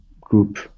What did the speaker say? group